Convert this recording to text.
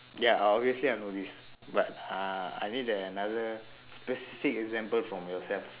ya obviously I know this but uh I need the another specific example from yourself